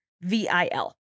V-I-L